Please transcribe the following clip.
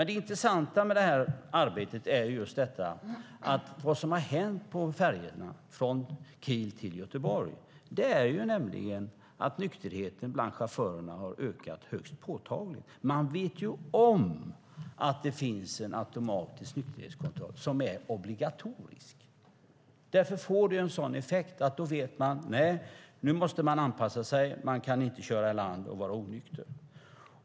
Det intressanta med det här arbetet är vad som har hänt på färjorna från Kiel till Göteborg, nämligen att nykterheten bland chaufförerna har ökat högst påtagligt. Man vet ju om att det finns en automatisk nykterhetskontroll som är obligatorisk. Då blir effekten att man vet att man måste anpassa sig och inte kan köra i land och vara onykter.